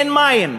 אין מים,